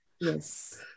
Yes